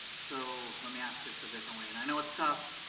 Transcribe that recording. so let me ask this a different way. and i know it's tough,